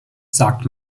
sagt